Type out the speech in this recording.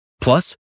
Plus